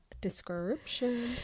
description